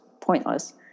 pointless